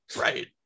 Right